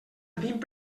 vint